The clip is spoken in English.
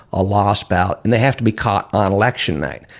a lost ballot, and they have to be caught on election night.